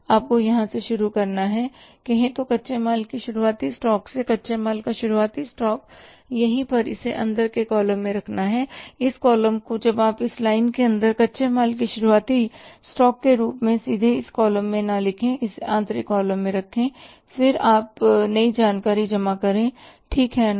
आपको यहां से शुरू करना है कहें तो कच्चे माल के शुरुआती स्टॉक से कच्चे माल का शुरुआती स्टॉक यहीं पर इसे अंदर के कॉलम में रखना है इस कॉलम को जब आप इस लाइन के अंदर कच्चे माल के शुरुआती स्टॉक के रूप में इसे सीधे इस कॉलम में न लें इसे आंतरिक कॉलम में रखें फिर आप नई खरीदारी जमा करें ठीक है ना